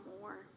more